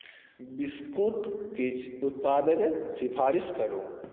biscuit किछु उत्पादके सिफारिश करू